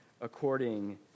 according